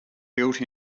built